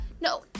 no